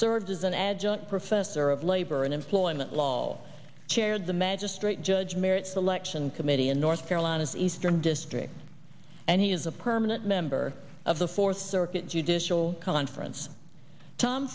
served as an adjunct professor of labor and employment law chaired the magistrate judge merritt selection committee in north carolina's eastern district and he is a permanent member of the fourth circuit judicial conference tom